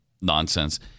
nonsense